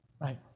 right